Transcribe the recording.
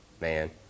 man